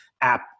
app